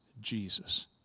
Jesus